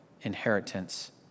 inheritance